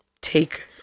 take